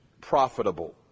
profitable